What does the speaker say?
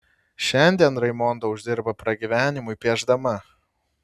šiandien raimonda uždirba pragyvenimui piešdama